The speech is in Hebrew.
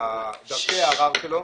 ערר ומה הן דרכי הערר שלו.